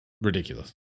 Ridiculous